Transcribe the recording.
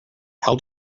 held